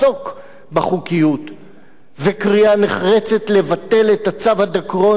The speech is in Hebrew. ויש בדוח גם קריאה נחרצת לבטל את הצו הדרקוני שהוציא המינהל האזרחי,